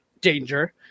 danger